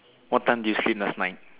what time do you swim last night